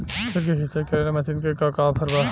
खेत के सिंचाई करेला मशीन के का ऑफर बा?